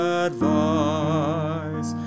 advice